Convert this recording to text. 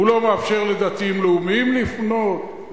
הוא לא מאפשר לדתיים לאומיים לבנות,